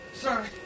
Sorry